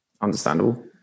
understandable